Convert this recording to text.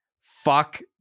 Fuck